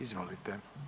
Izvolite.